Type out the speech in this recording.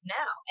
now